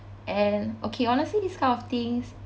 and okay honestly this kind of things